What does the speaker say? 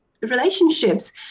relationships